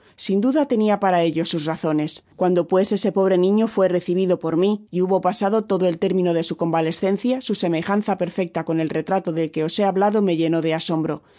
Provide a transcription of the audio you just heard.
sin duda tenia para ello sus razones cuando pues ese pobre niño fué recibido por mi y hubo pasado todo el término de su convalescencia su semejanza perfecta con el retrato de que os he hablado me llenó de asombro